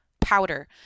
powder